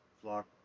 flock